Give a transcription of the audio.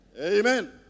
Amen